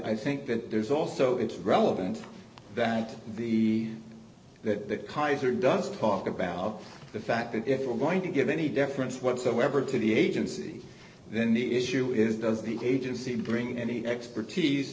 think that there's also it's relevant that the that the kaiser does talk about the fact that if you're going to give any difference whatsoever to the agency then the issue is does the agency bring any expertise